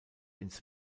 ins